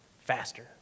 faster